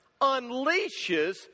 unleashes